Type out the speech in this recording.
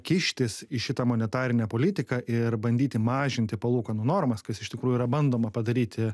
kištis į šitą monetarinę politiką ir bandyti mažinti palūkanų normas kas iš tikrųjų yra bandoma padaryti